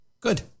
Good